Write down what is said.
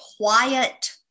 quiet